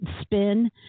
spin